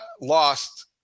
lost